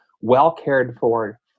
well-cared-for